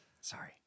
Sorry